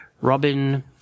Robin